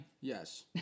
Yes